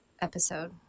episode